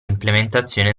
implementazione